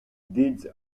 deeds